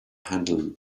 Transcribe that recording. handle